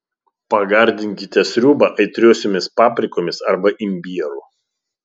pagardinkite sriubą aitriosiomis paprikomis arba imbieru